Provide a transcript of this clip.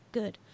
good